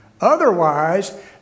Otherwise